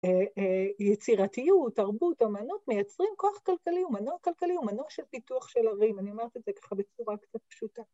יצירתיות, תרבות, אמנות, מייצרים כוח כלכלי ומנוע כלכלי ומנוע של פיתוח של ערים, אני אומרת את זה ככה בצורה קצת פשוטה.